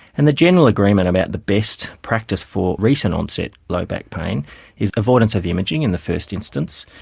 and the general agreement about the best practice for recent onset low back pain is avoidance of imaging in the first instance,